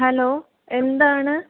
hello എന്താണ്